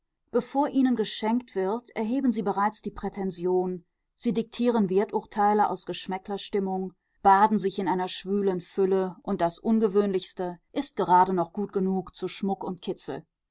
bevor ihnen geschenkt wird erheben sie bereits die prätension sie diktieren werturteile aus geschmäcklerstimmung baden sich in einer schwülen fülle und das ungewöhnlichste ist gerade noch gut genug zu schmuck und kitzel